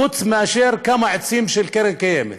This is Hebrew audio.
חוץ מכמה עצים של קרן קיימת.